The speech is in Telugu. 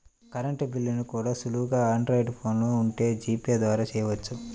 కరెంటు బిల్లుల్ని కూడా సులువుగా ఆండ్రాయిడ్ ఫోన్ ఉంటే జీపే ద్వారా చెయ్యొచ్చు